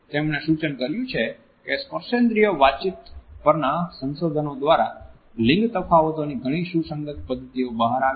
તેમણે સૂચન કર્યું છે કે સ્પર્શેન્દ્રિય વાતચીત પરના સંશોધન દ્વારા લિંગ તફાવતોની ઘણી સુસંગત પદ્ધતિઓ બહાર આવી છે